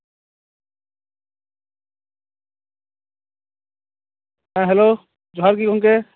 ᱦᱮᱸ ᱦᱮᱞᱳ ᱡᱚᱦᱟᱨᱜᱮ ᱜᱚᱝᱠᱮ